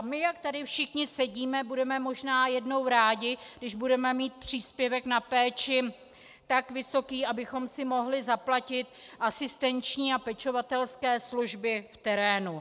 My, jak tady všichni sedíme, budeme možná jednou rádi, když budeme mít příspěvek na péči tak vysoký, abychom si mohli zaplatit asistenční a pečovatelské služby v terénu.